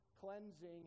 cleansing